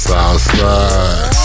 Southside